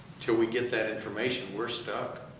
till we get that information, we're stuck.